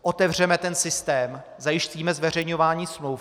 Otevřeme systém, zajistíme zveřejňování smluv.